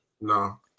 no